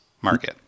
market